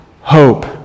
hope